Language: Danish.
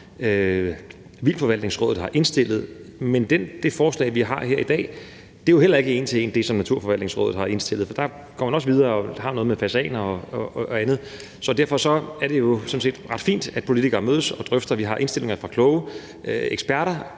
Vildtforvaltningsrådet har indstillet. Men det forslag, vi har her i dag, er jo heller ikke en til en det, som Vildtforvaltningsrådet har indstillet. For der går man også videre og har noget med fasaner og andet. Derfor er det jo sådan set ret fint, at politikere mødes og drøfter det. Vi har indstillinger fra kloge eksperter